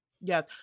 Yes